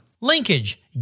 Linkage